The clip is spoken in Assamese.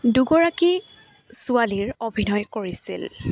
দুগৰাকী ছোৱালীৰ অভিনয় কৰিছিল